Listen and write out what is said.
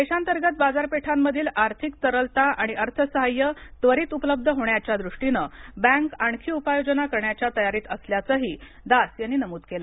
देशांतर्गत बाजारपेठांमधील आर्थिक तरलता आणि अर्थसाह्य त्वरित उपलब्ध होण्याच्या दृष्टीनं बँक आणखी उपाययोजना करण्याच्या तयारीत असल्याचंही दास यांनी नमूद केल